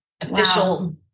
official